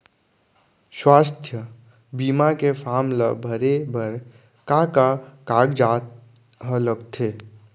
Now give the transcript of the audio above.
स्वास्थ्य बीमा के फॉर्म ल भरे बर का का कागजात ह लगथे?